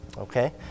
okay